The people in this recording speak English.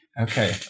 Okay